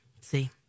See